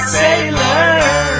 sailor